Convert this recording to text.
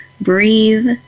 breathe